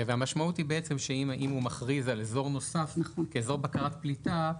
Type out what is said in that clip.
המשמעות היא שאם הוא מכריז על אזור נוסף כאזור בקרת פליטה,